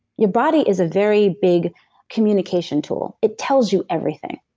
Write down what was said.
your body is a very big communication tool. it tells you everything.